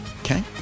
Okay